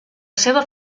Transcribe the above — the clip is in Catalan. seva